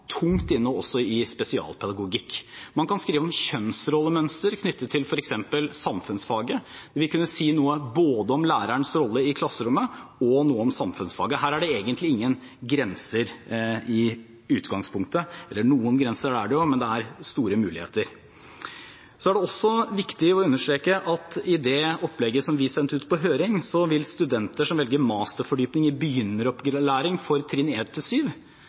tungt inne også i spesialpedagogikk. Man kan skrive om kjønnsrollemønster knyttet til f.eks. samfunnsfaget, det vil kunne si noe både om lærerens rolle i klasserommet og noe om samfunnsfaget. Her er det egentlig ingen grenser i utgangspunktet. Eller noen grenser er det jo, men det er store muligheter. Så er det også viktig å understreke at i opplegget vi sendte ut på høring, vil studenter som velger masterfordypning i begynneropplæring for trinn